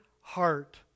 heart